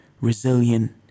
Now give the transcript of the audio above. resilient